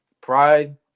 pride